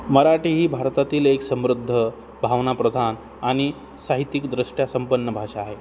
मराठी ही भारतातील एक समृद्ध भावनाप्रधान आणि साहित्यिकदृष्ट्या संपन्न भाषा आहे